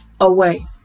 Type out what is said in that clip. away